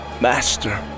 Master